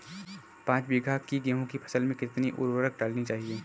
पाँच बीघा की गेहूँ की फसल में कितनी उर्वरक डालनी चाहिए?